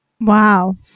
Wow